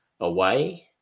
away